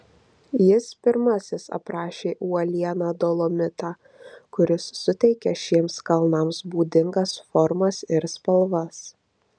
jis pirmasis aprašė uolieną dolomitą kuris suteikia šiems kalnams būdingas formas ir spalvas